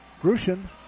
Grushin